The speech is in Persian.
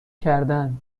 کردن